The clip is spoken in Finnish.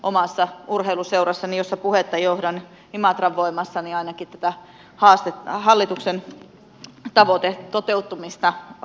omassa urheiluseurassani jossa puhetta johdan imatran voimassa ainakin tätä hallituksen tavoitteen toteutumista hoidamme eteenpäin